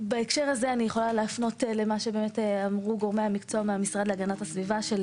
אני יכולה להפנות למה שאמרו גורמי המקצוע מהמשרד להגנת הסביבה של